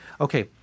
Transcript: okay